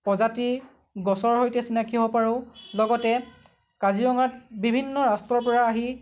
প্ৰজাতিৰ গছৰ সৈতে চিনাকি হ'ব পাৰোঁ লগতে কাজিৰঙাত বিভিন্ন ৰাষ্ট্ৰৰ পৰা আহি